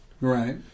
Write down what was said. Right